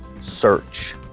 search